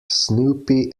snoopy